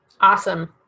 Awesome